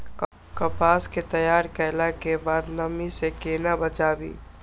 कपास के तैयार कैला कै बाद नमी से केना बचाबी?